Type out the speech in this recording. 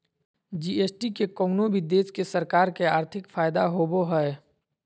GST से कउनो भी देश के सरकार के आर्थिक फायदा होबो हय